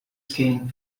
skating